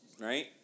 right